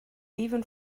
even